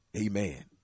amen